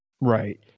right